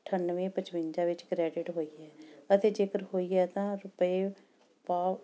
ਅਠਾਨਵੇਂ ਪਚਵੰਜਾ ਵਿੱਚ ਕਰੈਡਿਟ ਹੋਈ ਹੈ ਅਤੇ ਜੇਕਰ ਹੋਈ ਹੈ ਤਾਂ ਰੁਪਏ ਪੋ